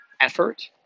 effort